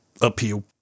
appeal